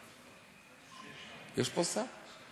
יש פה שר?